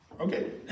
Okay